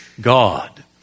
God